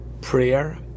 prayer